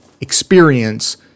experience